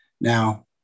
Now